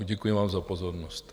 Děkuji vám za pozornost.